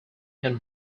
can